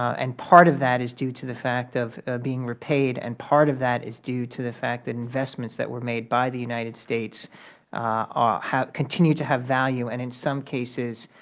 and part of that is due to the fact of being repaid and part of that is due to the fact that investments that were made by the united states ah continue to have value and, in some cases,